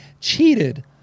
cheated